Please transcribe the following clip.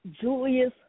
Julius